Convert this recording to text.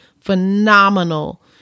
phenomenal